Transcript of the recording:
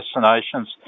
destinations